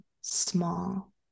small